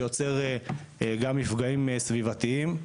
שיוצר גם מפגעים סביבתיים.